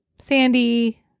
Sandy